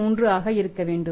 33 ஆக இருக்க வேண்டும்